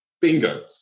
Bingo